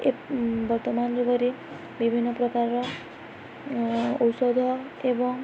ଏ ବର୍ତ୍ତମାନ ଯୁଗରେ ବିଭିନ୍ନ ପ୍ରକାରର ଔଷଧ ଏବଂ